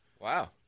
Wow